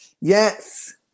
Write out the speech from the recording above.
Yes